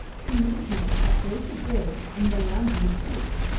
to meet him at break of day in bulangi's creek.